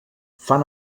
fan